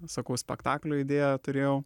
sakau spektaklio idėją turėjau